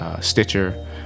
Stitcher